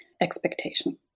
expectation